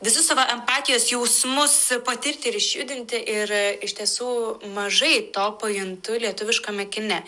visus savo empatijos jausmus patirti ir išjudinti ir iš tiesų mažai to pajuntu lietuviškame kine